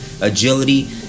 agility